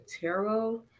tarot